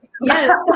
yes